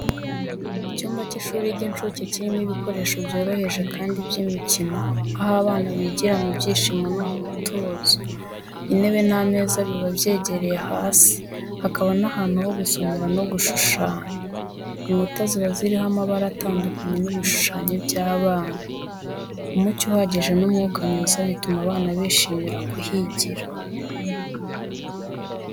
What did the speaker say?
Icyumba cy’ishuri ry’incuke kirimo ibikoresho byoroheje kandi by’imikino, aho abana bigira mu byishimo no mu mutuzo. Intebe n’ameza biba byegereye hasi, hakaba n’ahantu ho gusomera no gushushanya. Inkuta ziba ziriho amabara atandukanye n’ibishushanyo by’abana. Umucyo uhagije n’umwuka mwiza, bituma abana bishimira kuhigira.